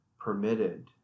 permitted